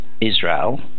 Israel